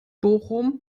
bochum